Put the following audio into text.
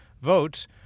votes